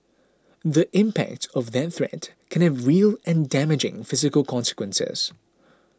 the impact of that threat can have real and damaging physical consequences